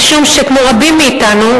כמו רבים מאתנו,